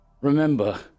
remember